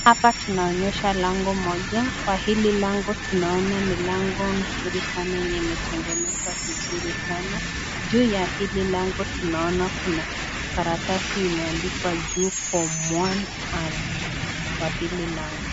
Hapa tunaonyeshwa lango moja, Kwa hili lango tunaona ni lango mzuri sana limetengenezwa vizuri sana. Juu ya hili lango tunaona kuna karatasi imeandikwa juu Form one R kwa hili lango.